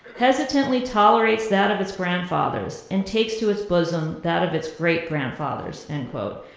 hesitantly tolerates that of its grandfathers, and takes to its bosom that of its great-grandfathers, end quote,